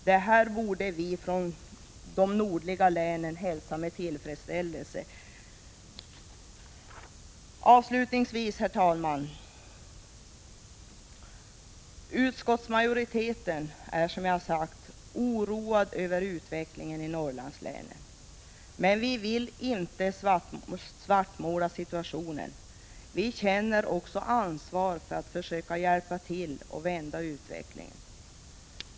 Detta borde vi från de nordliga länen hälsa med tillfredsställelse. Avslutningsvis vill jag, herr talman, framhålla att utskottsmajoriteten som sagt är oroad över utvecklingen i Norrlandslänen, men att vi inte vill svartmåla situationen. Vi känner också ansvar för att försöka hjälpa till med att vända utvecklingen.